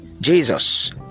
jesus